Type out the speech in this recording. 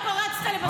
אתה פרצת לבסיס צבאי?